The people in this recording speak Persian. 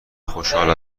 خوشحال